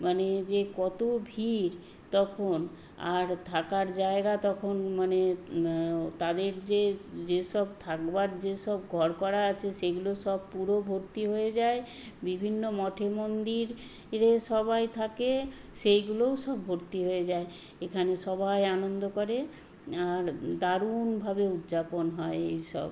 মানে যে কত ভিড় তখন আর থাকার জায়গা তখন মানে তাদের যে যে সব থাকবার যে সব ঘর করা আছে সেগুলো সব পুরো ভর্তি হয়ে যায় বিভিন্ন মঠে মন্দির রে সবাই থাকে সেইগুলোও সব ভর্তি হয়ে যায় এখানে সবাই আনন্দ করে আর দারুণভাবে উদ্যাপন হয় এই সব